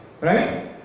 Right